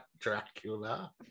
Dracula